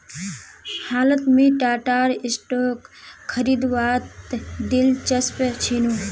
हालत मुई टाटार स्टॉक खरीदवात दिलचस्प छिनु